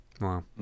Wow